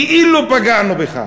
בכאילו פגענו בך.